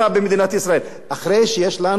אחרי שיש לנו, אומרים, האטה,